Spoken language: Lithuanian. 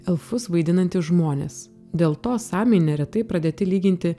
elfus vaidinantys žmonės dėl to samiai neretai pradėti lyginti